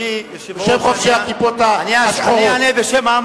לא בשם חובשי הכיפות, בשם חובשי הכיפות השחורות.